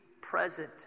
present